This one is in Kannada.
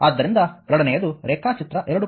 ಆದ್ದರಿಂದ ಎರಡನೆಯದು ರೇಖಾಚಿತ್ರ 2